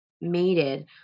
mated